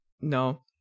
no